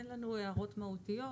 אין לנו הערות מהותיות.